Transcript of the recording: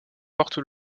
porte